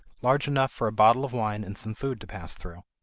large enough for a bottle of wine and some food to pass through.